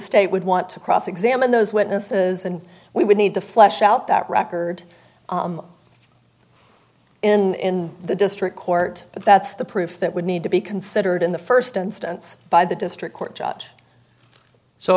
state would want to cross examine those witnesses and we would need to flesh out that record in the district court but that's the proof that would need to be considered in the first instance by the district court j